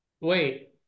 wait